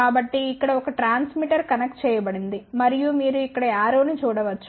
కాబట్టి ఇక్కడ ఒక ట్రాన్స్మిటర్ కనెక్ట్ చేయబడింది మరియు మీరు ఇక్కడ యారో ని చూడ వచ్చు